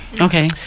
Okay